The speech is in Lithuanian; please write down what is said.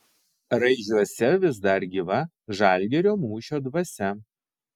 raižiuose vis dar gyva žalgirio mūšio dvasia